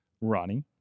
Ronnie